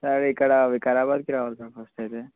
sir ఇక్కడ వికారాబాద్కి రావాలి సార్ ఫస్ట్ అయితే